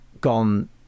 gone